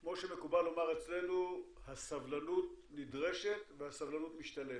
כמו שמקובל לומר אצלנו הסבלנות נדרשת והסבלנות משתלמת.